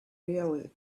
really